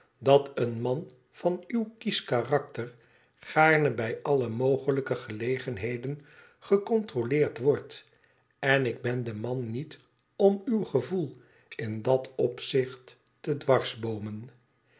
idat een man van uw kiesch karakter gaarne bij alle mogelijke gelegenheden gecontroleerd wordt en ik ben de man niet om uw gevoel in dat opzicht te